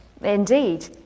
Indeed